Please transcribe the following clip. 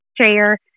share